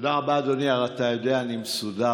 תודה רבה, אדוני, הרי אתה יודע, אני מסודר.